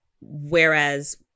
whereas